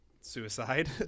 suicide